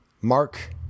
Mark